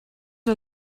are